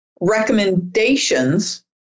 recommendations